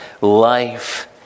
life